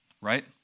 right